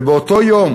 ובאותו יום